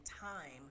time